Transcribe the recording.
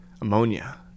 ammonia